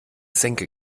senke